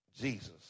Jesus